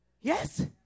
Yes